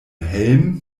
helm